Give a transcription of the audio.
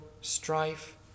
strife